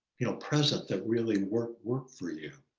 you know, present that really worked worked for you?